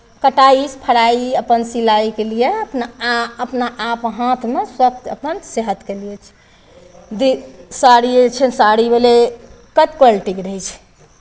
कटाइ फराइ अपन सिलाइके लिए अपना आ अपना आप हाथमे सभके अपन सेहतके लिए छै साड़िए छै साड़ी भेलै कत क्वालिटीके रहै छै